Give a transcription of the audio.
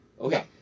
Okay